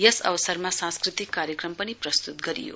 यस अवसरमा सांस्कृतिक कार्यक्रम पनि प्रस्तुत गरियो